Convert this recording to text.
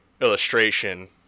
illustration